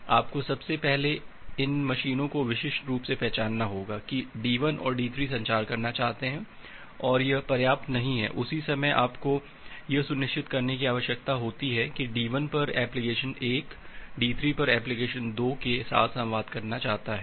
आपको सबसे पहले इस मशीनों को विशिष्ट रूप से पहचानना होगा कि D1 और D3 संचार करना चाहते हैं और यह पर्याप्त नहीं है उसी समय आपको यह सुनिश्चित करने की आवश्यकता होती है कि D1 पर एप्लीकेशन 1 D3 पर एप्लिकेशन 2 के साथ संवाद करना चाहता है